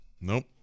Nope